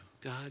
God